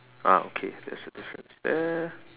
ah okay there's a difference there